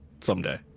someday